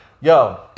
yo